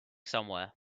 somewhere